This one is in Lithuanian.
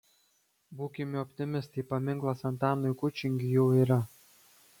būkime optimistai paminklas antanui kučingiui jau yra